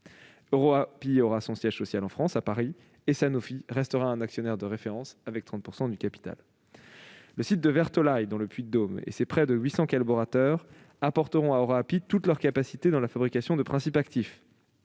EuroAPI aura son siège social en France, à Paris ; et Sanofi restera un actionnaire de référence, avec 30 % du capital. Le site de Vertolaye, dans le Puy-de-Dôme, et ses près de 800 collaborateurs apporteront à EuroAPI toutes leurs capacités dans la fabrication de principes actifs.